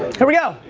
here we go,